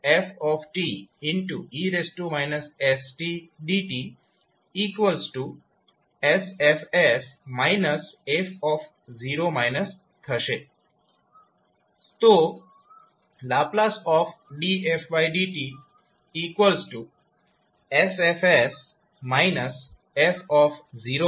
તો ℒ dfdt sF f છે